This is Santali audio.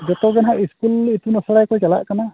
ᱡᱚᱛᱚ ᱜᱮ ᱦᱟᱜ ᱥᱠᱩᱞ ᱤᱛᱩᱱ ᱟᱥᱲᱟ ᱠᱚ ᱪᱟᱞᱟᱜ ᱠᱟᱱᱟ